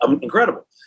incredible